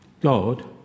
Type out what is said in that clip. God